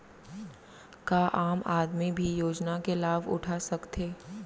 का आम आदमी भी योजना के लाभ उठा सकथे?